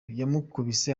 yamukubise